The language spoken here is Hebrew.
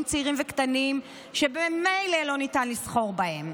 צעירים וקטנים שממילא לא ניתן לסחור בהם,